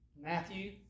Matthew